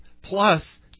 plus